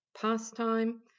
pastime